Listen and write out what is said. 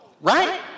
right